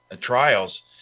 trials